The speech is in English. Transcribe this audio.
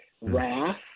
wrath